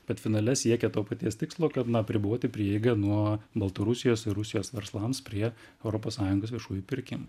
bet finale siekia to paties tikslo kad na apriboti prieigą nuo baltarusijos ir rusijos verslams prie europos sąjungos viešųjų pirkimų